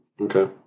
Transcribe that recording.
Okay